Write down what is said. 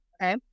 Okay